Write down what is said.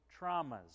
traumas